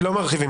לא מרחיבים.